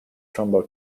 trumbull